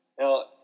Now